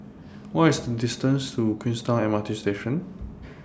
What IS The distance to Queenstown MRT Station